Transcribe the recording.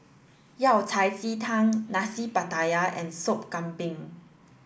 Yao Cai Ji Tang Nasi Pattaya and Sop Kambing